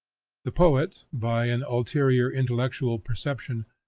the poet, by an ulterior intellectual perception,